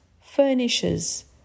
furnishes